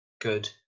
good